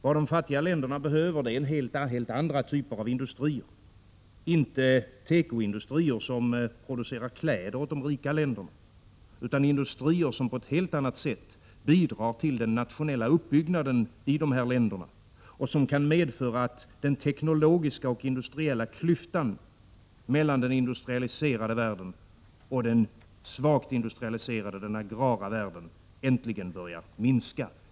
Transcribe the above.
Vad de fattiga länderna behöver är helt andra typer av industrier, inte tekoindustrier som producerar kläder åt de rika länderna utan industrier som på ett helt annat sätt bidrar till den nationella uppbyggnaden i sina länder och som kan medverka till att den teknologiska och industriella klyftan mellan den industrialiserade världen och den agrara och svagt industrialiserade världen äntligen börjar minska.